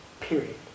period